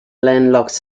landlocked